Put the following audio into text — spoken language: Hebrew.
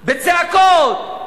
בצעקות?